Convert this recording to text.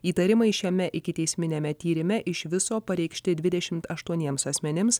įtarimai šiame ikiteisminiame tyrime iš viso pareikšti dvidešimt aštuoniems asmenims